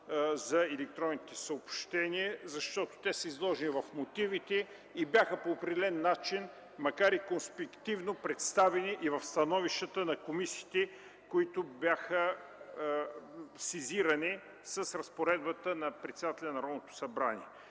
за електронните съобщения, защото те са изложени в мотивите и макар и конспективно, бяха представени в становищата на комисиите, които бяха сезирани с разпоредбата на председателя на Народното събрание.